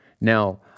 now